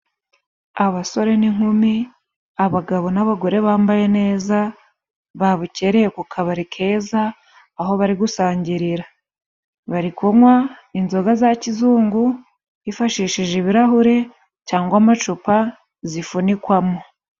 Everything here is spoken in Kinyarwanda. Abasore n'inkumi, abagabo n'abagore bambaye neza babukereye ku kabari keza, aho bari gusangirira. Bari kunywa inzoga za kizungu hifashishije ibirahure cyangwa amacupa zifunikwamo.